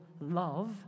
love